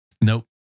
Nope